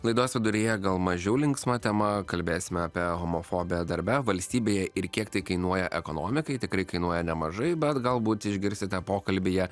laidos viduryje gal mažiau linksma tema kalbėsim apie homofobiją darbe valstybėje ir kiek tai kainuoja ekonomikai tikrai kainuoja nemažai bet galbūt išgirsite pokalbyje